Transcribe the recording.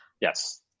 yes